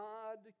God